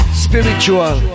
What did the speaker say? spiritual